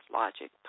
logic